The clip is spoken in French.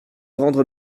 rendre